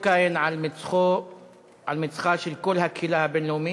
קין על מצחה של כל הקהילה הבין-לאומית,